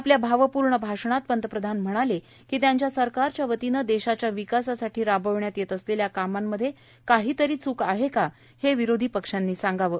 आपल्या भावपूर्ण भाषणात पंतप्रधान म्हणाले की त्यांच्या सरकारच्या वतीनं देशाच्या विकासासाठी राबविण्यात येत असलेल्या कामांमध्ये काहीतरी चूक आहे का हे विरोधी पक्षांनी सांगावं